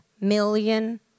million